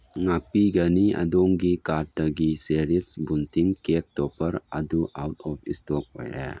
ꯉꯥꯛꯄꯤꯒꯅꯤ ꯑꯗꯣꯝꯒꯤ ꯀꯥꯔꯠꯇꯒꯤ ꯆꯦꯔꯤꯁ ꯕꯨꯟꯇꯤꯡ ꯀꯦꯛ ꯇꯣꯞꯄꯔ ꯑꯗꯨ ꯑꯥꯎꯠ ꯑꯣꯞ ꯏꯁꯇꯣꯛ ꯑꯣꯏꯔꯦ